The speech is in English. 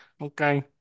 okay